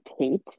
tate